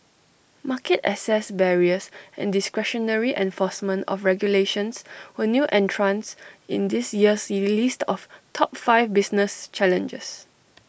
market access barriers and discretionary enforcement of regulations were new entrants in this year's list of top five business challenges